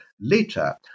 later